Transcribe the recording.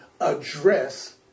address